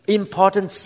important